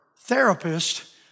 therapist